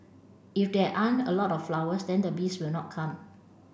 if there aren't a lot of flowers then the bees will not come